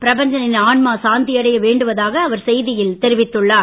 பிரபஞ்ச னின் ஆன்மா சாந்தி அடைய வேண்டுவதாக அவர் செய்தியில் தெரிவித்துள்ளார்